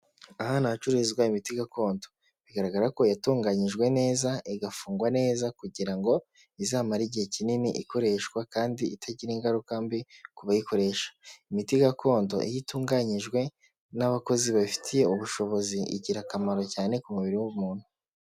Ahantu hacururizwa imiti gakondo, bigaragara ko yatunganyijwe neza, igafungwa neza kugira ngo izamare igihe kinini, ikoreshwa kandi itagira ingaruka mbi ku bayikoresha, imiti gakondo iyo itunganyijwe n'abakozi babifitiye ubushobozi, igira akamaro cyane ku mubiri w'umuntu.